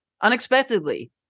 unexpectedly